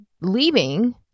leaving